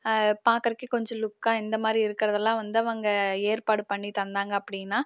பார்க்குறதுக்கே கொஞ்சம் லூக்காக இந்த மாதிரி இருக்கிறதெல்லாம் வந்து அவங்க ஏற்பாடு பண்ணி தந்தாங்கள் அப்படின்னா